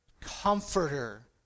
comforter